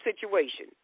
situation